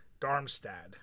Darmstadt